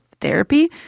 therapy